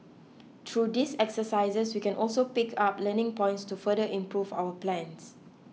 through these exercises we can also pick up learning points to further improve our plans